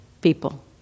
people